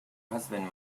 husband